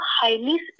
highly